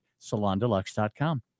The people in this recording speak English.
salondeluxe.com